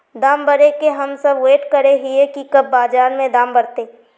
दाम बढ़े के हम सब वैट करे हिये की कब बाजार में दाम बढ़ते?